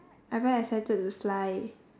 I very excited to fly